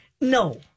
No